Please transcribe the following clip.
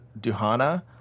Duhana